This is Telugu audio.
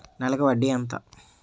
నెలకి వడ్డీ ఎంత?